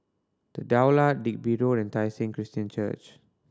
The Daulat Digby Road and Tai Seng Christian Church